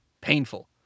Painful